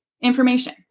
information